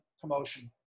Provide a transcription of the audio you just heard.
commotion